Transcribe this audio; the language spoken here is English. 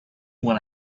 when